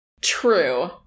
True